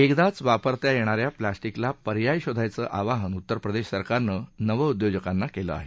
एकदाच वापरता येणा या प्लास्टिकला पर्याय शोधायचं आवाहन उत्तर प्रदेश सरकारनं नव उद्योजकांना केलं आहे